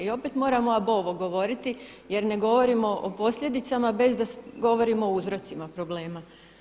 I opet moramo a bovo govoriti, jer ne govorimo o posljedicama bez da govorimo o uzrocima problema.